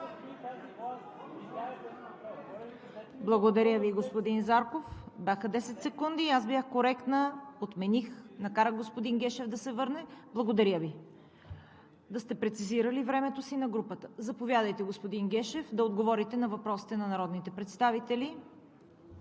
Благодаря Ви, господин Зарков. Бяха десет секунди и аз бях коректна, отмених, накарах господин Гешев да се върне. Благодаря Ви. Да сте прецизирали времето на групата си. Заповядайте, господин Гешев, да отговорите на въпросите на народните представители.